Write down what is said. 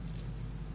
כן.